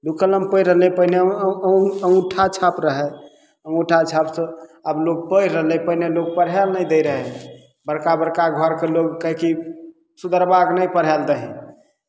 दू कलम पढ़ि रहलै पहिने अँ अँ अङ्गूठा छाप रहै अङ्गूठा छाप तऽ आब लोक पढ़ि रहलै पहिने लोक पढ़य नहि दैत रहै बड़का बड़का घरके लोक कहय कि सुदरबाकेँ नहि पढ़य लेल दही